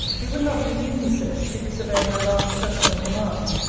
he would not presume, he says, to disobey my last personal commands,